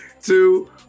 two